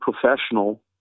professional